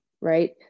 right